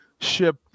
ship